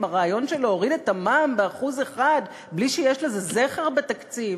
עם הרעיון של להוריד את המע"מ ב-1% בלי שיש לזה זכר בתקציב,